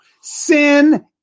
Sin